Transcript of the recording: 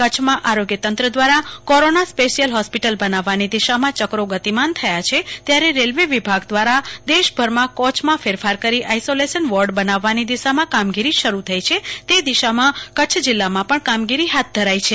કચ્છમાં આરોગ્ય તંત્ર દ્વારા કોરોના સ્પેશિઅલ હોસ્પિટલ બનાવવાની દિશામાં ચક્રો ગતિમાન થયા છે ત્યારે રેલાવે વિભાગ દ્વારા દેશભરમાં કોચમાં ફેરફાર કરી આઇસોલેશન વોર્ડ બનવાની દિશામાં કામગીરી શરૂ થઇ છે તે દિશામાં કચ્છ જીલ્લામાં પણ કામગીરી હાથ ધરાઈ છે